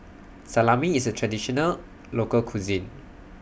Salami IS A Traditional Local Cuisine